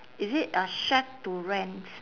is it uh shack to rent